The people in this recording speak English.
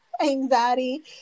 anxiety